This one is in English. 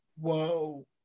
Whoa